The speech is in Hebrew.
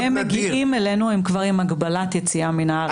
החשיבות היא שכאשר הם מגיעים אלינו הם כבר עם הגבלת יציאה מן הארץ.